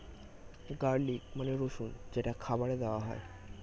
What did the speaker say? garlic মানে রসুন যেটা খাবারে দেওয়া হয়